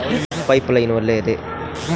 Pipe line ಒಳ್ಳೆಯದೇ?